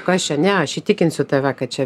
kas čia ne aš įtikinsiu tave kad čia